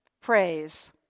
praise